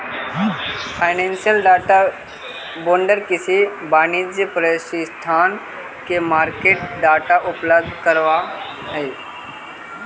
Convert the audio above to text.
financial data vendor किसी वाणिज्यिक प्रतिष्ठान के मार्केट डाटा उपलब्ध करावऽ हइ